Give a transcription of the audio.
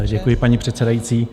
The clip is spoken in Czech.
Děkuji, paní předsedající.